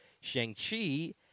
Shang-Chi